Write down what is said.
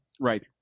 Right